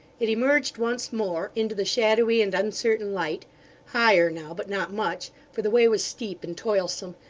it emerged once more, into the shadowy and uncertain light higher now, but not much, for the way was steep and toilsome,